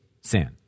sin